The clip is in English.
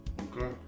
Okay